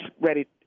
ready